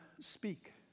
speak